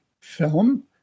film